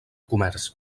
comerç